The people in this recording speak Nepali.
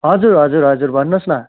हजुर हजुर हजुर भन्नु होस् न